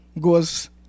goes